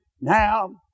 now